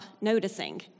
noticing